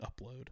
upload